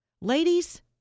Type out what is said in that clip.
Ladies